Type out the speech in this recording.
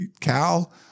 Cal